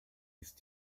ist